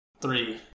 Three